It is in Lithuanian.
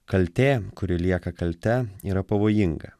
kaltė kuri lieka kalte yra pavojinga